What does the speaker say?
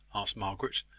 asked margaret.